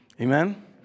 Amen